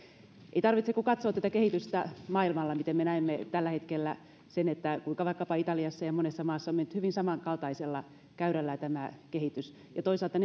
ei tarvitse kuin katsoa tätä kehitystä maailmalla niin me näemme tällä hetkellä sen kuinka vaikkapa italiassa ja monessa maassa on mennyt hyvin samankaltaisella käyrällä tämä kehitys ja toisaalta